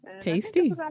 tasty